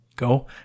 Go